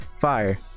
fire